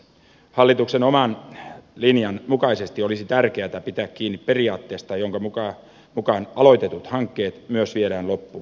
hallituksen oman linjan mukaisesti olisi tärkeätä pitää kiinni periaatteesta jonka mukaan aloitetut hankkeet myös viedään loppuun